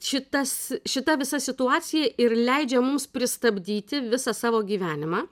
šitas šita visa situacija ir leidžia mums pristabdyti visą savo gyvenimą